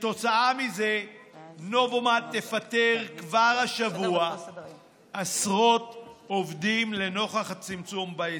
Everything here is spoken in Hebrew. כתוצאה מזה נובומד תפטר כבר השבוע עשרות עובדים לנוכח הצמצום בייצור,